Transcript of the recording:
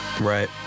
Right